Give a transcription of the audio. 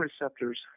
receptors